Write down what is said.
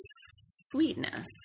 sweetness